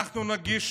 אנחנו נגיש